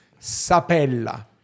Sapella